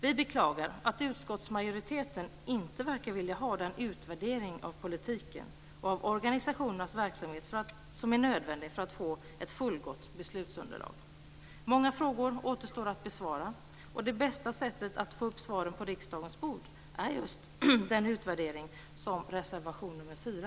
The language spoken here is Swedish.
Vi beklagar att utskottsmajoriteten inte verkar vilja ha den utvärdering av politiken och av organisationernas verksamhet som är nödvändig för att få ett fullgott beslutsunderlag. Många frågor återstår att besvara. Det bästa sättet att få upp svaren på riksdagens bord är just den utvärdering som reservation 4